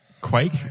Quake